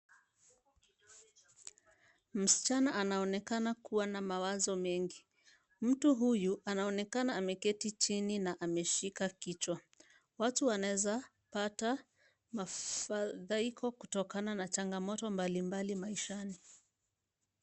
Msichana anaonekana kuwa na mawazo mengi. Mtu huyu anaonekana ameketi chini na ameshika kichwa. Watu wanaweza pata mafadhaiko kutokana na changamoto mbalimbali maishani.